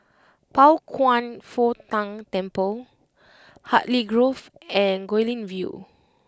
Pao Kwan Foh Tang Temple Hartley Grove and Guilin View